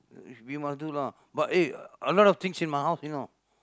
we must do lah but eh a lot of things in my house you know